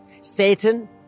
Satan